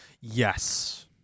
Yes